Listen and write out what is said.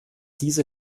diese